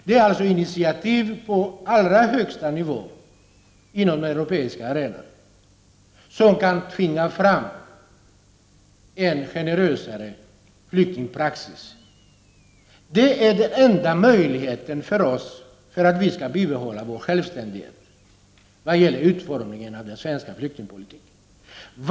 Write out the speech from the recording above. Det är alltså initiativ på allra högsta nivå på den europeiska arenan som kan tvinga fram en generösare flyktingpraxis. Det är den enda möjligheten för oss att bibehålla vår självständighet i vad gäller utformningen av den svenska flyktingpolitiken.